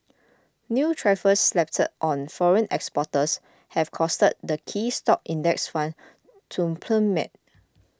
new tariffs slapped on foreign exporters have caused the key stock index funds to plummet